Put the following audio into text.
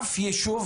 אף יישוב,